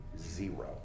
zero